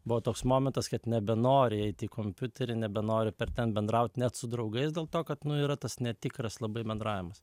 buvo toks momentas kad nebenori eiti į kompiuterį nebenori per ten bendrauti net su draugais dėl to kad nu yra tas netikras labai bendravimas